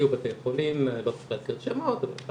היו בתי חולים, לא צריך להזכיר שמות, אבל היו